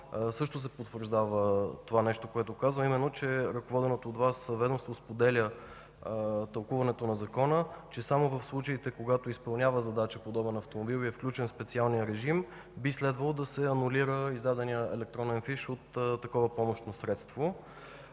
също се потвърждава това нещо, което казвам, а именно, че ръководеното от Вас ведомство споделя тълкуването на закона, че само в случаите, когато изпълнява задача подобен автомобил и е включен специалният режим, би следвало да се анулира издаденият електронен фиш от такова помощно средство.